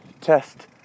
test